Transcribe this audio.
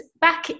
back